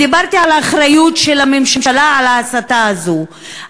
ודיברתי על האחריות של הממשלה להסתה הזאת,